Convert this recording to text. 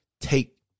take